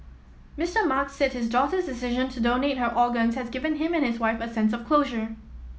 Mister Mark said his daughter's decision to donate her organ has given him and his wife a sense of closure